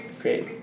Great